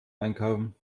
einkaufen